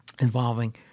Involving